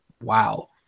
wow